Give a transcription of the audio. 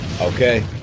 Okay